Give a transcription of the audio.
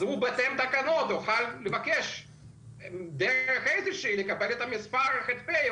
אז הוא בהתאם לתקנות יוכל לבקש לקבל את מספר הח"פ,